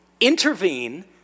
intervene